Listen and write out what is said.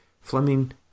Fleming